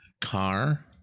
Car